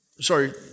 Sorry